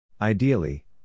Ideally